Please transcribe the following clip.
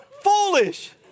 foolish